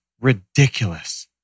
ridiculous